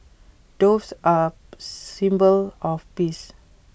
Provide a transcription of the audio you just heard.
doves are symbol of peace